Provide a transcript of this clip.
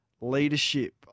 leadership